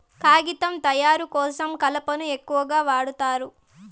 కాగితం తయారు కోసం కలపను ఎక్కువగా వాడుతారు